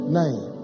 name